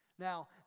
Now